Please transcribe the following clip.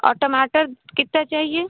और टमाटर कितना चाहिए